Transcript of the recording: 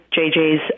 JJ's